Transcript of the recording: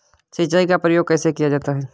सिंचाई का प्रयोग कैसे किया जाता है?